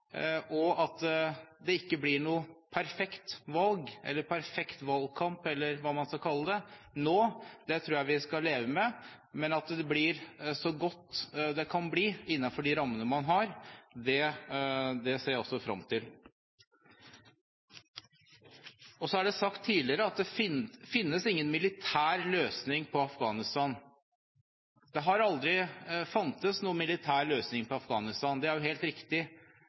menneskerettigheter. At det ikke blir noe perfekt valg, eller perfekt valgkamp – eller hva man skal kalle det – nå, tror jeg vi skal kunne leve med. Men at det blir så godt det kan bli innenfor de rammene man har, ser jeg frem til. Så er det sagt tidligere at det ikke finnes noen militær løsning i Afghanistan. Det har aldri funnes noen militær løsning i Afghanistan, det er helt riktig.